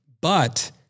but-